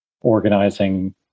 organizing